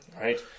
right